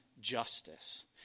justice